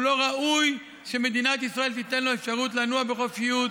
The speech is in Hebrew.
הוא לא ראוי שמדינת ישראל תיתן לו אפשרות לנוע בחופשיות.